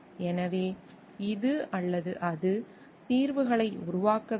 எனவே இது அல்லது அது தீர்வுகளை உருவாக்க வேண்டும்